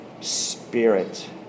spirit